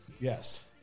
Yes